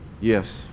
Yes